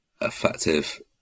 effective